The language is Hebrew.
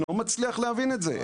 אני לא מצליח להבין את זה.